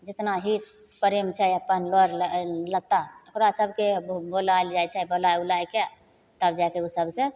जितना हित प्रेम छै अपन लर लत्ता ओकरा सबके बोलायल जाइ छै बोलाय उलायके तब जाके उ सबसँ